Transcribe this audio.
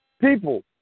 people